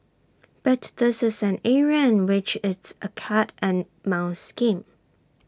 but this is an area in which it's A cat and mouse game